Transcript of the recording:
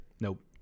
Nope